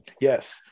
Yes